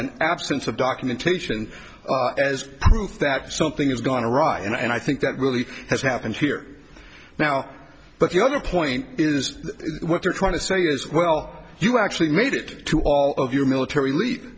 an absence of documentation as proof that something is going to right and i think that really has happened here now but the other point is what they're trying to say is well you actually made it to all of your military leap